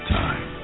time